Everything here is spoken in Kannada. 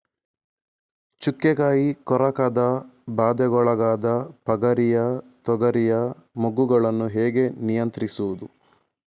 ಚುಕ್ಕೆ ಕಾಯಿ ಕೊರಕದ ಬಾಧೆಗೊಳಗಾದ ಪಗರಿಯ ತೊಗರಿಯ ಮೊಗ್ಗುಗಳನ್ನು ಹೇಗೆ ನಿಯಂತ್ರಿಸುವುದು?